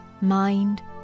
mind